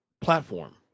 platform